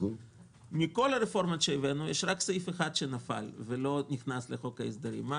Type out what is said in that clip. מכל הרפורמות שהבאנו יש רק סעיף אחד שנפל ולא נכנס לחוק ההסדרים היה